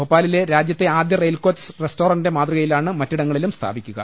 ഭോപ്പാ ലിലെ രാജ്യത്തെ ആദ്യ റെയിൽ കോച്ച് റസ്റ്ററന്റിന്റെ മാതൃകയി ലാണ് മറ്റിടങ്ങളിലും സ്ഥാപിക്കുക